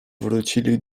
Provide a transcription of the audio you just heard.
wrócili